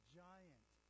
giant